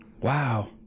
Wow